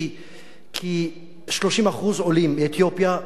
כי 30% עולים מאתיופיה,